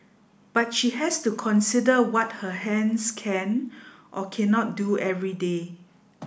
but she has to consider what her hands can or cannot do every day